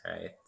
right